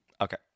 okay